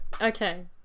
Okay